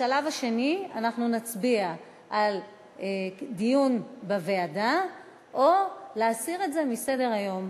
בשלב השני אנחנו נצביע על דיון בוועדה או להסיר את זה מסדר-היום.